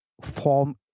form